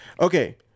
okay